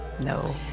No